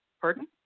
Pardon